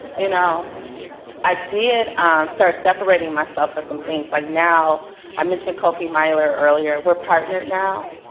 you know i did start separating myself for some things. like now i mentioned kofi myler earlier. we're partnered now,